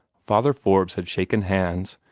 father forbes had shaken hands,